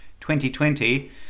2020